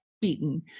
beaten